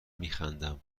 میخندم